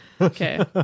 Okay